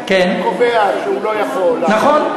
קובע שהוא לא יכול לעמוד, כן?